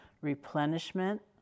replenishment